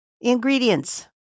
Ingredients